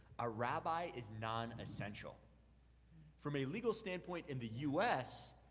a rabbi is non-essential. from a legal standpoint in the u s,